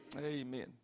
Amen